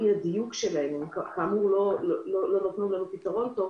לא רק שהדיוק שלהן לא נתן לנו פתרון טוב,